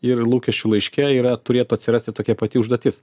ir lūkesčių laiške yra turėtų atsirasti tokia pati užduotis